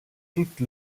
toute